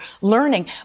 learning